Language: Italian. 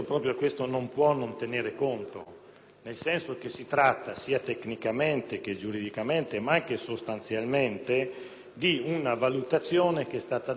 nel senso che si tratta, sia tecnicamente che giuridicamente, ma anche sostanzialmente, di una valutazione che è stata espressa esclusivamente dalla Giunta